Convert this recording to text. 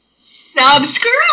Subscribe